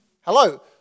Hello